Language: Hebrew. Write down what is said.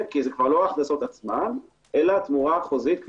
כי זה כבר לא ההכנסות עצמן אלא התמורה החוזית.